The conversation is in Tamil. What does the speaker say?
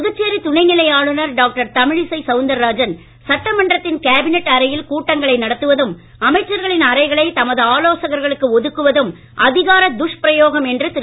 புதுச்சேரி துணைநிலை ஆளுநர் டாக்டர் தமிழிசை சவுந்தரராஜன் சட்டமன்றத்தின் கேபினட் அறையில் கூட்டங்களை நடத்துவதும் அமைச்சர்களின் அறைகளை தமது ஆலோசகர்களுக்கு ஒதுக்குவதும் அதிகார துஷ்பிரயோகம் என்று திரு